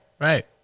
Right